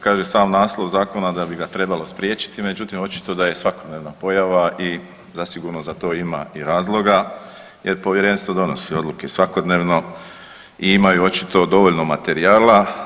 Kaže sam naslov zakona da bi ga trebalo spriječiti, međutim očito da je svakodnevna pojava i zasigurno za to ima i razloga jer povjerenstvo donosi odluke svakodnevno i imaju očito dovoljno materijala.